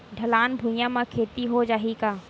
ढलान भुइयां म खेती हो जाही का?